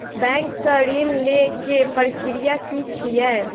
Bank सऽ ऋण लेय केँ प्रक्रिया की छीयै?